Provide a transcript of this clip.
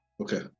Okay